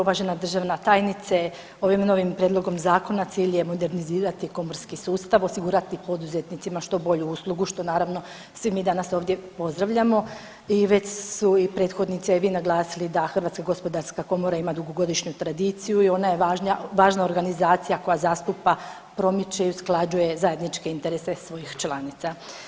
Uvažena državna tajnice ovim novim prijedlogom zakona cilj je modernizirati komorski sustav, osigurati poduzetnicima što bolju uslugu što naravno svi mi danas ovdje pozdravljamo i već su i prethodnice i vi naglasili da HGK ima dugogodišnju tradiciju i ona je važna organizacija koja zastupa, promiče i usklađuje zajedničke interese svojih članica.